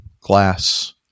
glass